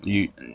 你